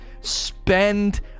spend